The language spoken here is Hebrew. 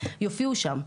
יופיעו שם.